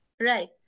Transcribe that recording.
Right